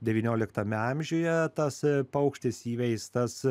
devynioliktame amžiuje tas paukštis įveistas